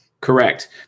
correct